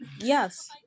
yes